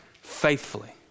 faithfully